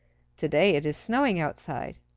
to-day it is snowing outside.